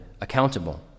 accountable